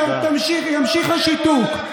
שימשיך השיתוק.